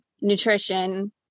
nutrition